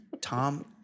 Tom